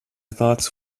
thoughts